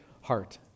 heart